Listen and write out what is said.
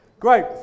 Great